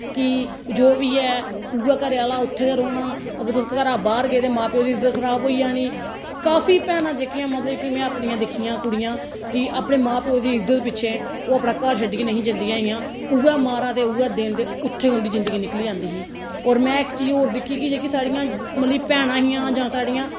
कि जो बी ऐ उ'ऐ घरै आह्ला उत्थें गै रौह्ना अगर तुस घरा बाह्र गे ते मां प्यो दी इज्जत खराब होई जानी काफी भैनां जेह्कियां मतलब कि में अपनियां दिक्खियां कुड़ियां कि अपने मां प्यो दी इज्जत पिच्छें ओह् अपना घर छड्डियै निं ही जंदियां हियां उ'ऐ मारां ते उ'ऐ दिन ते उत्थें गै जिंदगी निकली जंदी ही होर में इक होर चीज़ दिक्खी कि जेह्की साढ़ियां ओह् भैनां हियां जां साढ़ियां